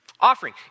Offering